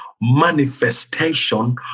manifestation